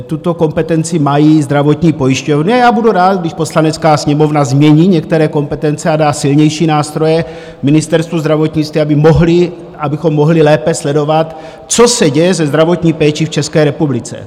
Tuto kompetenci mají zdravotní pojišťovny a já budu rád, když Poslanecká sněmovna změní některé kompetence a dá silnější nástroje Ministerstvu zdravotnictví, abychom mohli lépe sledovat, co se děje se zdravotní péčí v České republice.